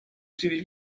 příliš